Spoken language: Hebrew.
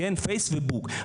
פייס ובוק.